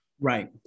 Right